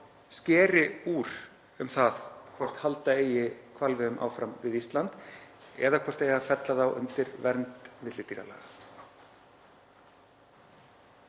skeri úr um það hvort halda eigi hvalveiðum áfram við Ísland eða hvort eigi að fella það undir vernd villidýralaga.